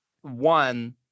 one